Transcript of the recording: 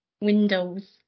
Windows